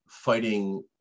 fighting